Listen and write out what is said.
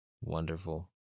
Wonderful